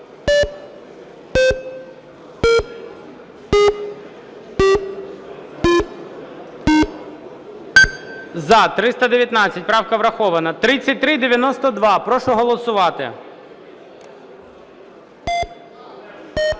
За-316 Правка врахована. 3475. Прошу голосувати.